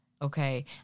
Okay